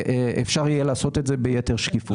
אפשר יהיה לעשות את זה ביתר שקיפות.